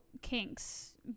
kinks